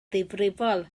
ddifrifol